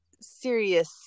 serious